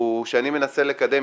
שאני מנסה לקדם,